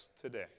today